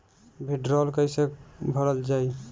भीडरौल कैसे भरल जाइ?